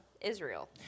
Israel